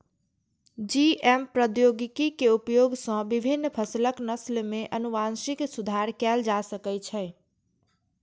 GM प्रौद्योगिकी के उपयोग सं विभिन्न फसलक नस्ल मे आनुवंशिक सुधार कैल जा सकै छै